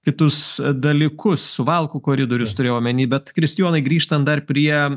kitus dalykus suvalkų koridorius turiu omeny bet kristijonai grįžtant dar prie